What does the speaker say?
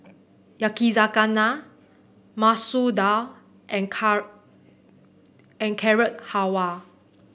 Yakizakana Masoor Dal and and Carrot Halwa